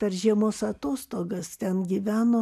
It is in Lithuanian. per žiemos atostogas ten gyveno